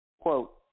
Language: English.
Quote